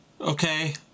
Okay